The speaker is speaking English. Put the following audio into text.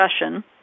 Russian